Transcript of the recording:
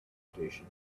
station